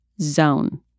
zone